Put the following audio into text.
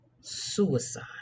suicide